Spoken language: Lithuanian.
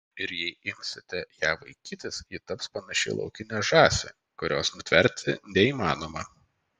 ir jei imsite ją vaikytis ji taps panaši į laukinę žąsį kurios nutverti neįmanoma